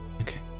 Okay